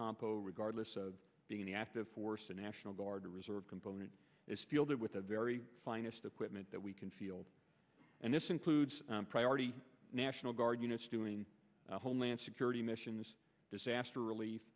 compo regardless of being the active force a national guard or reserve component is fielded with the very finest equipment that we can field and this includes priority national guard units doing homeland security missions disaster relief